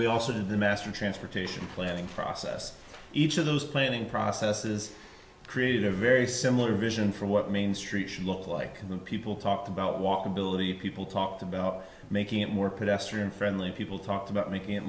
we also did the master transportation planning process each of those planning processes create a very similar vision for what main street should look like when people talk about walkability people talked about making it more pedestrian friendly people talked about making